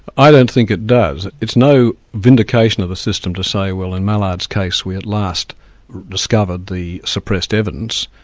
i don't think it does. it's no vindication of a system to say well in mallard's case we at last discovered the suppressed evidence.